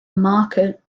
market